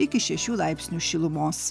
iki šešių laipsnių šilumos